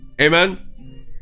Amen